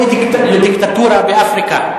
לא לדיקטטורה באפריקה,